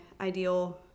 ideal